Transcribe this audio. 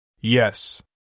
Yes